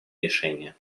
решения